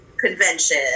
convention